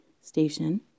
station